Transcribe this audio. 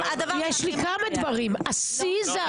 יש לי כמה דברים, השיא זה ההפסקה.